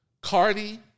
Cardi